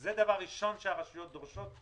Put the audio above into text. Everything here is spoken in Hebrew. זה דבר ראשון שהרשויות דורשות,